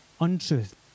untruth